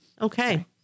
Okay